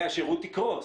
השירות יקרוס.